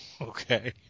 okay